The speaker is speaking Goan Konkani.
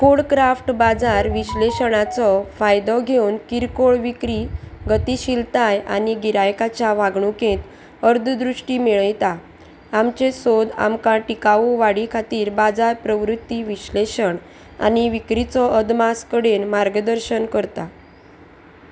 खोड क्राफ्ट बाजार विश्लेशणाचो फायदो घेवन किरकोळ विक्री गतीशिलताय आनी गिरायकाच्या वागणुकेंत अर्द दृश्टी मेळयता आमचे सोद आमकां टिकावो वाडी खातीर बाजार प्रवृत्ती विश्लेशण आनी विक्रीचो अदमास कडेन मार्गदर्शन करता